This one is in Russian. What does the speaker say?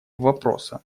вопроса